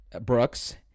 Brooks